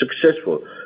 successful